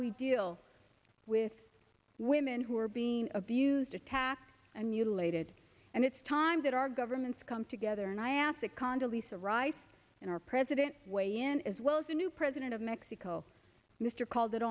we deal with women who are being abused attacked and mutilated and it's time that our governments come together and i asked a condo lisa rice in our president weigh in as well as the new president of mexico mr called